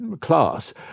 Class